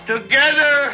Together